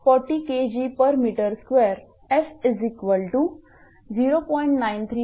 p40 Kgm2 F0